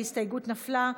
ההסתייגות נפלה.